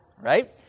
right